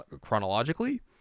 chronologically